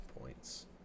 points